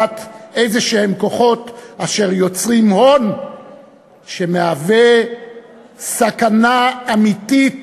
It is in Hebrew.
איזשהם כוחות אשר יוצרים הון שמהווה סכנה אמיתית